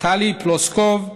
טלי פלוסקוב,